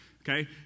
Okay